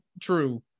true